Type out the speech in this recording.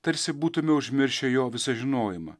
tarsi būtume užmiršę jo visą žinojimą